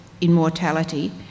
immortality